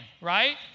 right